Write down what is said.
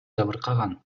жабыркаган